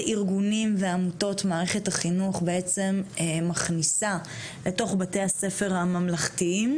ארגונים ועמותות מערכת החינוך בעצם מכניסה לתוך בתי הספר הממלכתיים,